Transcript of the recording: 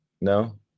No